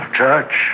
church